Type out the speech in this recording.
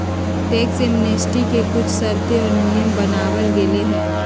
tax amnesty के कुछ शर्तें और नियम बनावल गयले है